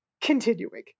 Continuing